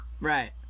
Right